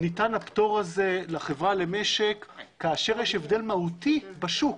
ניתן הפטור הזה לחברה למשק כאשר יש הבדל מהותי בשוק,